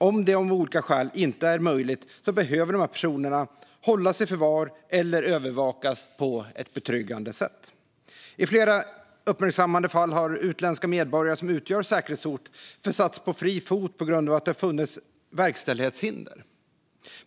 Om detta av olika skäl inte är möjligt behöver dessa personer hållas i förvar eller övervakas på ett betryggande sätt. I flera uppmärksammade fall har utländska medborgare som utgör säkerhetshot försatts på fri fot på grund av att det har funnits verkställighetshinder.